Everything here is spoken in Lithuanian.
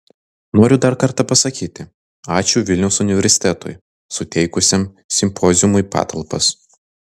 noriu dar kartą pasakyti ačiū vilniaus universitetui suteikusiam simpoziumui patalpas